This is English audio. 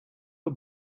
the